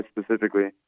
specifically